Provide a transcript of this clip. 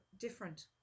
different